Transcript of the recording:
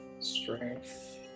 strength